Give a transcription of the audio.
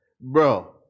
Bro